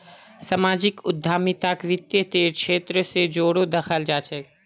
सामाजिक उद्यमिताक वित तेर क्षेत्र स जोरे दखाल जा छेक